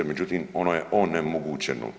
Međutim, ono je onemogućeno.